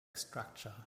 structure